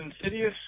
Insidious